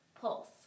pulse